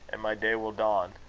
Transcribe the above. and my day will dawn.